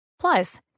Plus